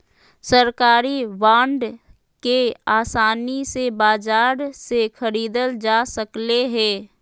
सरकारी बांड के आसानी से बाजार से ख़रीदल जा सकले हें